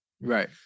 Right